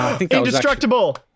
Indestructible